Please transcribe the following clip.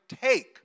take